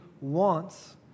wants